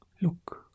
look